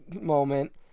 moment